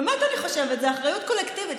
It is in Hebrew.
באמת אני חושבת שזו אחריות קולקטיבית.